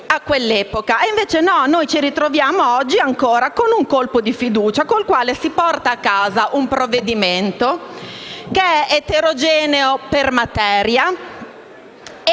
e invece ci ritroviamo oggi ancora con un colpo di fiducia con il quale si porta a casa un provvedimento eterogeneo per materia, e che